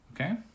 okay